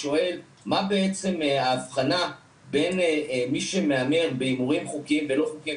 מה בעצם ההבחנה בין מי שמהמר בהימורים חוקיים ולא חוקיים,